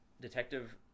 Detective